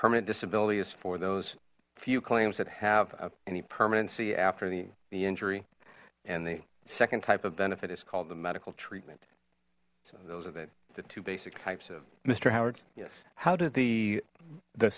permanent disability is for those few claims that have any permanency after the injury and the second type of benefit is called the medical treatment so those are the two basic types of mister howard yes how did the the